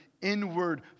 inward